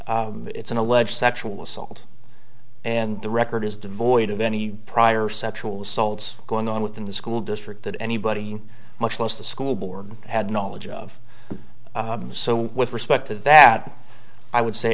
case it's an alleged sexual assault and the record is devoid of any prior sexual assaults going on within the school district that anybody much less the school board had knowledge of so with respect to that i would say